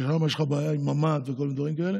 ששם יש לך בעיה עם ממ"ד וכל הדברים האלה.